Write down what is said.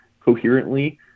coherently